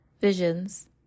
visions